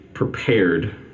Prepared